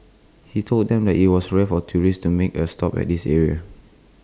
he told them that IT was rare for tourists to make A stop at this area